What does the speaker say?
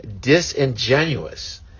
disingenuous